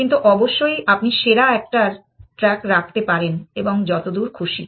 কিন্তু অবশ্যই আপনি সেরা একটার ট্র্যাক রাখতে পারেন এবং যতদূর খুশি